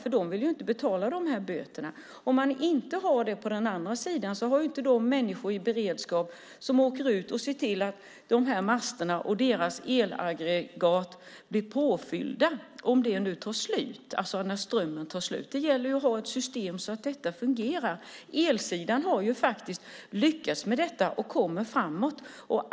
De vill ju inte betala böterna. Om det inte finns på andra sidan finns inte människor i beredskap som ser till att masterna och elaggregaten blir påfyllda när strömmen tar slut. Det gäller att ha system så att detta fungerar. Elsidan har lyckats med detta och går framåt.